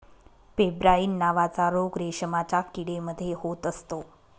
pebrine नावाचा रोग रेशमाच्या किडे मध्ये होत असतो